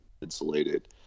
insulated